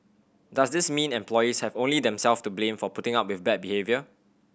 does this mean employees have only themselves to blame for putting up with bad behaviour